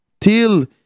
till